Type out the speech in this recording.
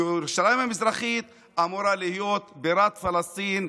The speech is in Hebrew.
וירושלים המזרחית אמורה להיות בירת פלסטין,